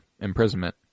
imprisonment